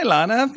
Lana